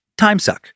timesuck